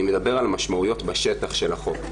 אני מדבר על משמעויות של החוק בשטח.